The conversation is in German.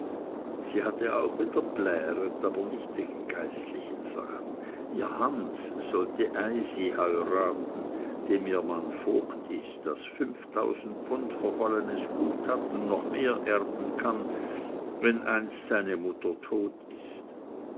sie hatte auch wieder pläret aber nicht wegen geistlichen sachen ihr hans sollte eysin heuraten dem ihr mann vogt ist das pfund verfallenes gut hat und noch mehr erben kann wenn einist seine mutter tot ist